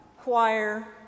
choir